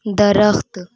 درخت